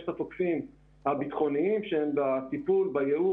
יש את התוקפים הביטחוניים שהם באחריות